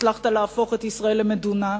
הצלחת להפוך את ישראל למנודה,